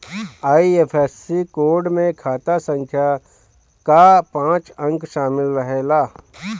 IFSC code में खाता संख्या कअ पांच अंक शामिल रहेला